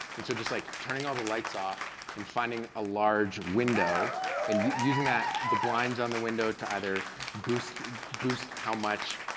and so just like turning all the lights off and finding a large window and using that, the blinds on the window to either boost boost how much,